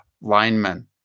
linemen